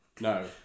No